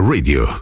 Radio